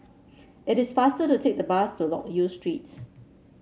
it is faster to take the bus to Loke Yew Street